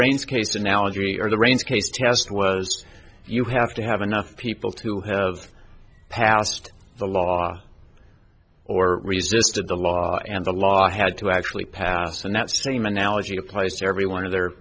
rains case analogy or the rains case test was you have to have enough people to have passed the law or resisted the law and the law had to actually pass and that same analogy applies to every one of their